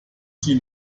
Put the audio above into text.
sie